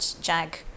Jag